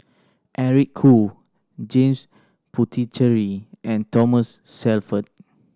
Eric Khoo James Puthucheary and Thomas Shelford